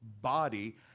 body